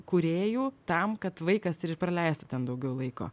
kūrėjų tam kad vaikas ir praleistų ten daugiau laiko